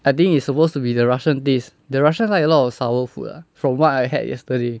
I think it's supposed to be the russian taste the russian like a lot of sour food ah from what I had yesterday